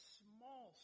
small